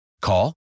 Call